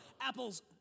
apples